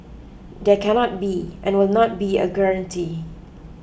there cannot be and will not be a guarantee